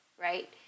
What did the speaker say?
right